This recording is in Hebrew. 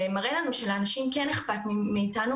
ומראה לנו שלאנשים כן אכפת מאיתנו